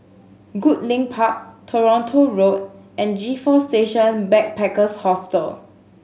Goodlink Park Toronto Road and G Four Station Backpackers Hostel